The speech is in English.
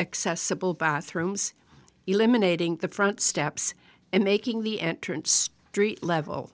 accessible bathrooms eliminating the front steps and making the entrance three level